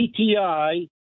PTI